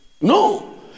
No